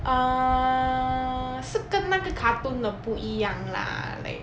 err 是跟那个 cartoon 的不一样 lah like